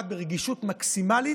ברגישות מקסימלית,